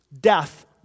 Death